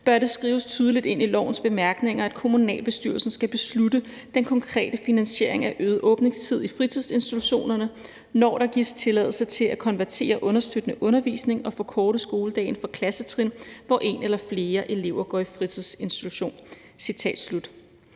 bør det skrives tydeligt ind i lovens bemærkninger, at kommunalbestyrelsen skal beslutte den konkrete finansiering af øget åbningstid i fritidsinstitutionerne, når der gives tilladelse til at konvertere understøttende undervisning og forkorte skoledagen for klassetrin, hvor en eller flere elever går i fritidsinstitution. Citat slut.